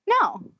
No